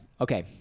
Okay